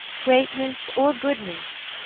greatness, or goodness,